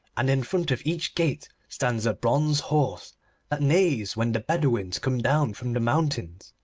and in front of each gate stands a bronze horse that neighs when the bedouins come down from the mountains.